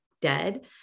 dead